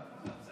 חברות